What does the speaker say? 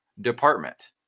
department